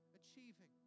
achieving